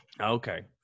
Okay